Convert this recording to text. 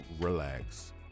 Relax